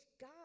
God